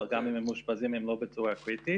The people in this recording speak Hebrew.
וגם אם הם מאושפזים זה לא בצורה קריטית,